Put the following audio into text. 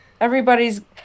Everybody's –